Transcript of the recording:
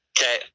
Okay